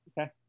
Okay